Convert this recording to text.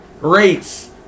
rates